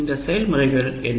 இந்த செயல்முறைகள் என்ன